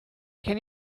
can